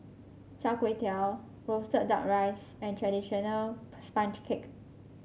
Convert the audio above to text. Char Kway Teow roasted duck rice and traditional sponge cake